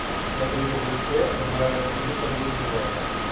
बकरी के दूध से अधमरा व्यक्ति भी तंदुरुस्त हो जाएगा